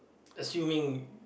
assuming